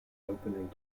opening